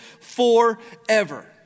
forever